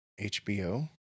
HBO